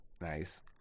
Nice